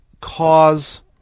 cause